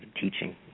teaching